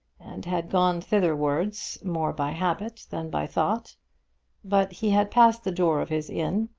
and had gone thitherwards more by habit than by thought but he had passed the door of his inn,